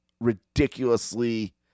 ridiculously